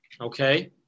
Okay